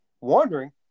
wondering